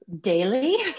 Daily